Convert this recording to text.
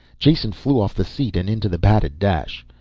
jason flew off the seat and into the padded dash.